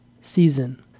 season